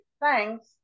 thanks